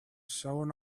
showing